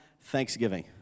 Thanksgiving